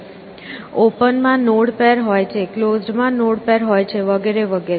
open માં node pair હોય છે ક્લોઝડ માં નોડ પેર હોય છે વગેરે વગેરે